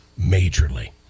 majorly